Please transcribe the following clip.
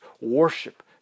worship